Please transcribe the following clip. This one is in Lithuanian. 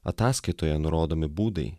ataskaitoje nurodomi būdai